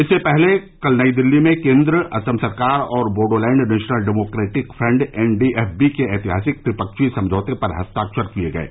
इससे पहले कल नई दिल्ली में केन्द्र असम सरकार और Bodoland National Democratic Front NDFB के ऐतिहासिक त्रिफ्षीय समझौते पर हस्ताक्षर किए गये